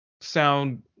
sound